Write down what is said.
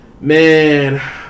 Man